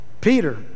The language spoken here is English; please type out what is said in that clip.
Peter